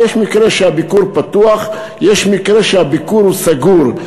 ויש מקרה שהביקור פתוח ויש מקרה שהביקור הוא סגור.